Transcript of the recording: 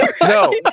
No